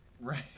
Right